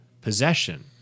possession